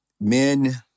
men